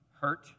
hurt